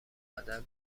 بدل